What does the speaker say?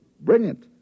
Brilliant